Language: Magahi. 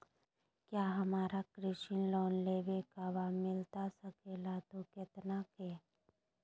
क्या हमारा कृषि लोन लेवे का बा मिलता सके ला तो कितना के?